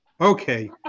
Okay